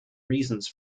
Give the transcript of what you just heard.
reasons